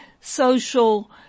social